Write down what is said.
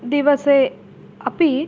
दिवसे अपि